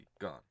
gone